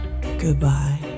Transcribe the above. Goodbye